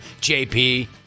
JP